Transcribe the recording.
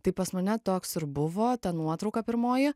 tai pas mane toks ir buvo ta nuotrauka pirmoji